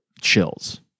chills